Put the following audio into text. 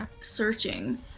searching